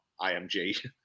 img